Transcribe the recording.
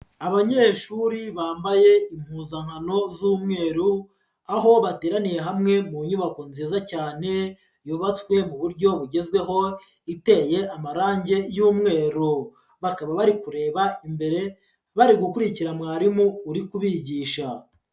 Abanyeshuri bambaye impuzankano z'umweru, aho bateraniye hamwe mu nyubako nziza cyane yubatswe mu buryo bugezweho iteye amarangi y'umweru, bakaba bari kureba imbere bari gukurikira mwarimu uri kubigisha.